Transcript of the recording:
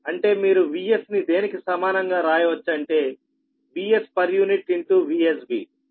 అంటే మీరు Vs ని దేనికి సమానంగా రాయవచ్చు అంటే Vs puVsB